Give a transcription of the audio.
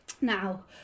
Now